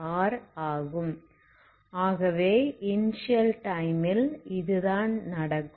ஆகவே இனிஸியல் டைமில் இதுதான் நடக்கும்